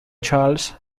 charles